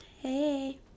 Hey